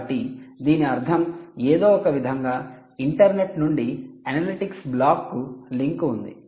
కాబట్టి దీని అర్థం ఏదో ఒకవిధంగా ఇంటర్నెట్ నుండి అనలిటిక్స్ బ్లాక్కు లింక్ ఉంది